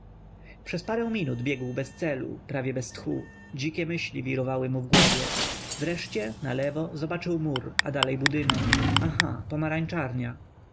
przez parę minut biegł bez celu prawie bez tchu dzikie myśli wirowały mu w głowie wreszcie nalewo zobaczył mur a dalej budynek aha pomarańczarnia